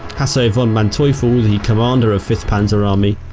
hasso von manteuffel the commander of fifth panzer army,